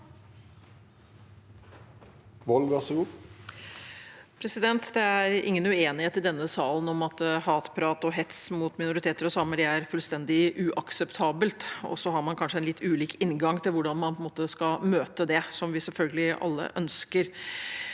Det er ingen uenighet i denne salen om at hatprat og hets mot minoriteter og samer er fullstendig uakseptabelt. Så har man kanskje en litt ulik inngang til hvordan man skal oppnå det som vi alle selvfølgelig ønsker.